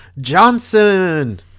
Johnson